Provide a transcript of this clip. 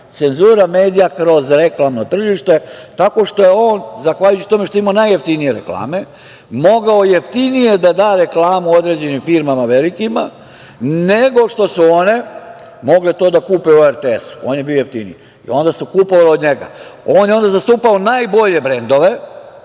medija. Cenzura medija kroz reklamno tržište, tako što je on, zahvaljujući tome što je imao najjeftinije reklame, mogao jeftinije da da reklamu određenim velikim firmama, nego što su one to mogle da kupe u RTS. On je bio jeftiniji. One su kupovale od njega. On je onda zastupao najbolje brendove,